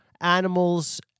animals